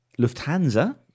Lufthansa